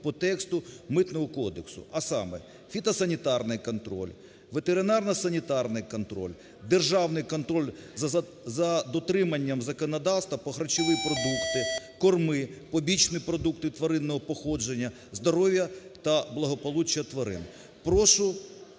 по тексту Митного кодексу, а саме: фітосанітарний контроль, ветеринарно-санітарний контроль, державний контроль за дотриманням законодавства про харчові продукти, корми, побічні продукти тваринного походження, здоров'я та благополуччя тварин.